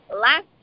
last